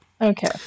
okay